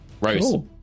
Rose